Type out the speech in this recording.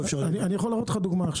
אני יכול להראות לך דוגמה.